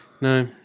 No